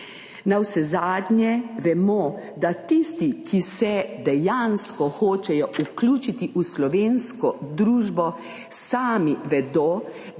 Navsezadnje vemo, da tisti, ki se dejansko hočejo vključiti v slovensko družbo, sami vedo,